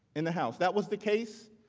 in the house. that was the case,